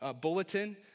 bulletin